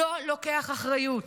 לא לוקח אחריות?